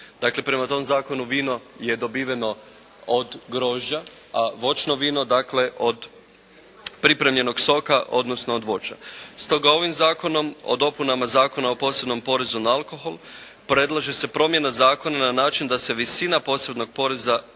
Dakle, prema tom zakonu vino je dobiveno od grožđa, a voćno vino dakle od pripremljenog soka odnosno od voća. Stoga ovim Zakonom o dopunama Zakona o posebnom porezu na alkohol predlaže se promjena zakona na način da se visina posebnog poreza